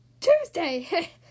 Tuesday